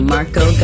Marco